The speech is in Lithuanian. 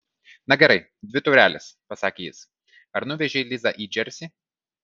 na gerai dvi taureles pasakė jis ar nuvežei lizą į džersį